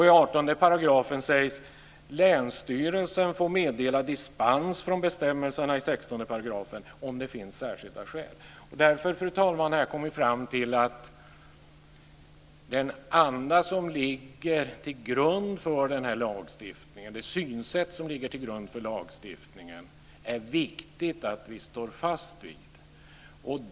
I 18 § sägs: "Länsstyrelsen får meddela dispens från bestämmelserna i 16 §, om det finns särskilda skäl." Därför, fru talman, har jag kommit fram till att det synsätt som ligger till grund för den här lagstiftningen är det viktigt att vi står fast vid.